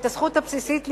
את הזכות הבסיסית לבחור.